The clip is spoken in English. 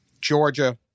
Georgia